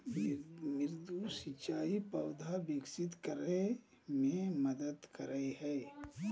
मृदु सिंचाई पौधा विकसित करय मे मदद करय हइ